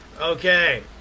okay